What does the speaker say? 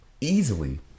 easily